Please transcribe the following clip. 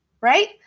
right